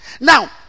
Now